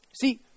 See